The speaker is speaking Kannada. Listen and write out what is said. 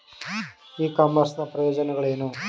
ಇ ಕಾಮರ್ಸ್ ನ ಪ್ರಯೋಜನಗಳೇನು?